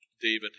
David